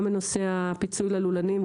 גם הנושא של הפיצוי ללולנים,